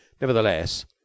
Nevertheless